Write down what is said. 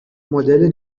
مدل